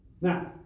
now